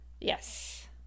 Yes